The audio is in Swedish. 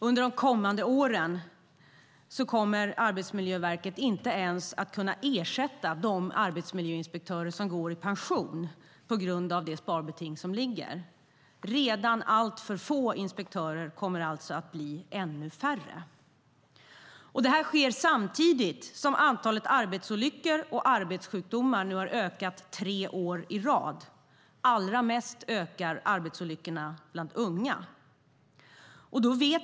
Under de kommande åren kommer Arbetsmiljöverket på grund av sparbetinget inte ens att kunna ersätta de arbetsmiljöinspektörer som går i pension. Redan alltför få inspektörer kommer alltså att bli ännu färre. Detta sker samtidigt som antalet arbetsolyckor och arbetssjukdomar har ökat tre år i rad. Allra mest ökar arbetsolyckorna bland unga.